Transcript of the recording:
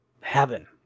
heaven